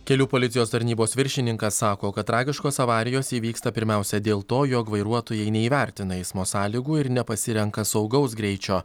kelių policijos tarnybos viršininkas sako kad tragiškos avarijos įvyksta pirmiausia dėl to jog vairuotojai neįvertina eismo sąlygų ir nepasirenka saugaus greičio